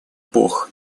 бог